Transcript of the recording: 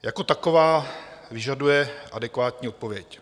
Jako taková vyžaduje adekvátní odpověď.